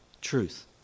truth